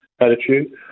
attitude